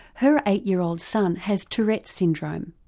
her eight year old son has tourette's syndrome,